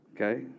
Okay